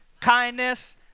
kindness